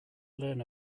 learn